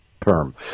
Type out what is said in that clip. term